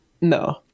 no